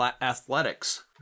athletics